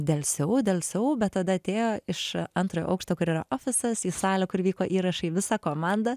delsiau delsiau bet tada atėjo iš antrojo aukšto kur yra ofisas į salę kur vyko įrašai visa komanda